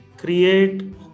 Create